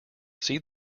see